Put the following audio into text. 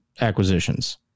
acquisitions